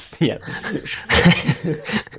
yes